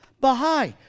Baha'i